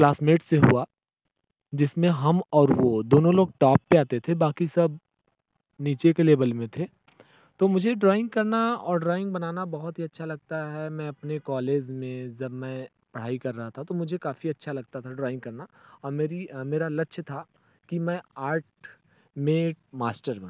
classmate से हुआ जिसमें हम और वो दोनों लोग टॉप पे आते थे बाक़ी सब नीचे के लेवल में थे तो मुझे ड्राॅइंग करना और ड्राॅइंग बनाना बहुत ही अच्छा लगता है मैं अपने कॉलेज में जब मैं पढ़ाई कर रहा था तो मुझे काफ़ी अच्छा लगता था ड्राॅइंग करना मेरी मेरा लक्ष्य था कि मैं आर्ट में मास्टर बनूँ